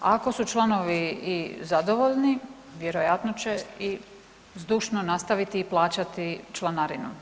Ako su članovi i zadovoljni, vjerojatno će i zdušno nastaviti i plaćati članarinu.